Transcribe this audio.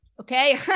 Okay